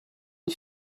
une